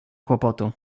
kłopotu